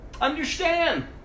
Understand